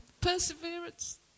Perseverance